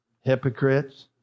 Hypocrites